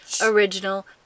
Original